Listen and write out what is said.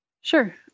Sure